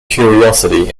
curiosity